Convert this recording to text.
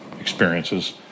experiences